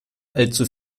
allzu